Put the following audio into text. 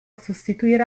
sostituire